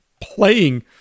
playing